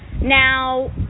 Now